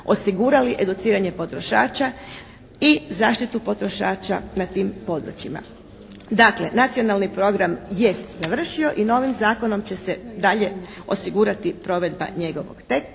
osigurali educiranje potrošača i zaštitu potrošača na tim područjima. Dakle, nacionalni program jest završio i novim zakonom će se dalje osigurati provedba njegovo